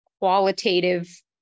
qualitative